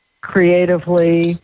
creatively